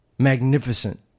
Magnificent